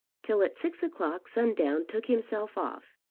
till at six o'clock sundown took himself off.